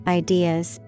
ideas